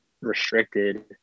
restricted